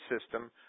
system